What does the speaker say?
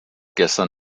gestern